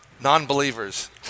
non-believers